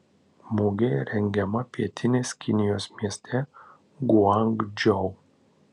mugė rengiama pietinės kinijos mieste guangdžou